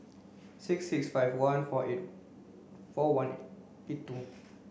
six six five one four eight four one eight two